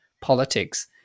politics